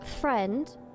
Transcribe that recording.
friend